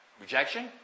Rejection